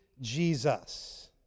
Jesus